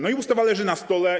No i ustawa leży na stole.